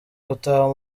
gutaha